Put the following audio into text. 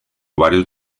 varios